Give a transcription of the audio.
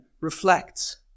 reflects